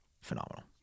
phenomenal